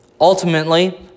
Ultimately